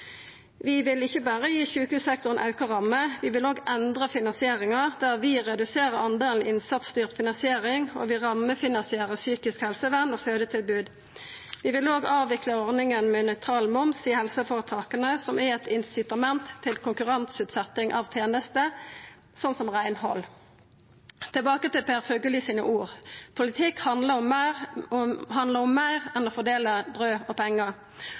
Vi vil ikkje berre gi sjukehussektoren auka rammer, vi vil òg endra finansieringa, der vi reduserer delen av innsatsstyrt finansiering, og vi rammefinansierer psykisk helsevern og fødetilbod. Vi vil òg avvikla ordninga med nøytral moms i helseføretaka, som er eit insitament til konkurranseutsetjing av tenester som f.eks. reinhald. Tilbake til Per Fugelli sine ord: Politikk handlar om meir enn å fordela brød og pengar. Når Senterpartiet vil ha meir